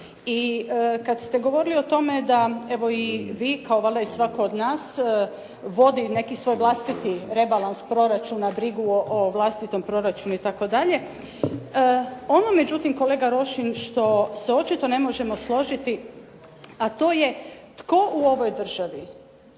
I kada ste govorili o tome da evo i vi kao valjda svatko od nas vodi neki svoj vlastiti rebalans proračuna, brigu o vlastitom proračunu itd. Ono međutim kolega Rošin što se očito ne možemo složiti, a to je tko u ovoj državi